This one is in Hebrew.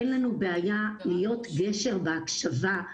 אין לנו בעיה להיות גשר בהקשבה.